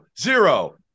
zero